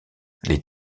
les